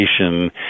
education